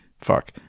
fuck